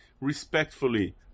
respectfully